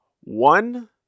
one